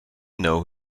know